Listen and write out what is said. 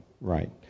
right